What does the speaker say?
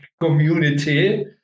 community